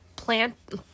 plant